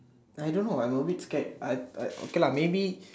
I don't know I probably scared I I okay lah maybe